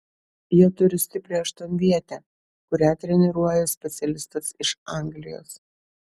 jie turi stiprią aštuonvietę kurią treniruoja specialistas iš anglijos